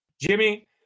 Jimmy